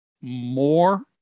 more